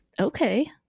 Okay